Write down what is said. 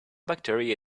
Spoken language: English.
bacteria